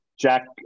Jack